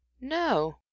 No